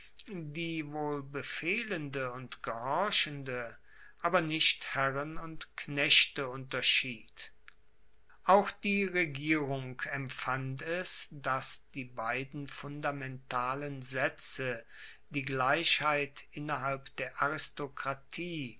die wohl befehlende und gehorchende aber nicht herren und knechte unterschied auch die regierung empfand es dass die beiden fundamentalen saetze die gleichheit innerhalb der aristokratie